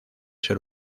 ser